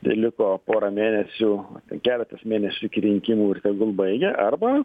liko pora mėnesių keletas mėnesių iki rinkimų ir tegul baigia arba